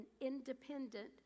independent